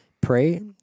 pray